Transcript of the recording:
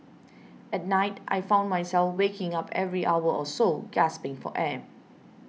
at night I found myself waking up every hour or so gasping for air